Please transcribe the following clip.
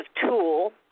tool